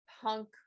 punk